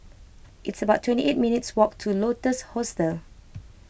It's about twenty eight minutes walk to Lotus Hostel